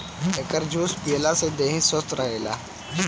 एकर juice पियला से देहि स्वस्थ्य रहेला